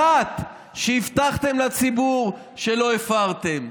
אחת, שהבטחתם לציבור ולא הפרתם.